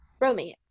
romance